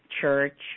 Church